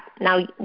Now